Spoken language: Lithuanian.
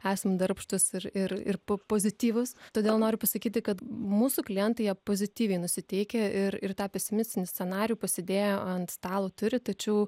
esam darbštūs ir ir ir po pozityvūs todėl noriu pasakyti kad mūsų klientai jie pozityviai nusiteikę ir ir tą pesimistinį scenarijų pasidėję ant stalo turi tačiau